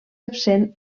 absent